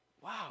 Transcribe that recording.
Wow